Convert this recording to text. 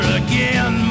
again